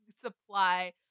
supply